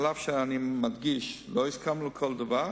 אף-על-פי שאני מדגיש שלא הסכמנו לכל דבר.